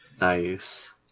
Nice